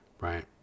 right